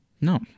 no